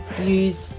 use